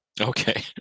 Okay